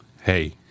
hey